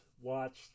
watched